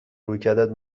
رویکردت